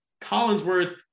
Collinsworth